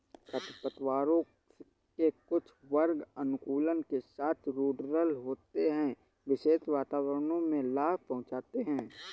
खरपतवारों के कुछ वर्ग अनुकूलन के साथ रूडरल होते है, विशेष वातावरणों में लाभ पहुंचाते हैं